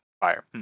fire